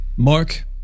Mark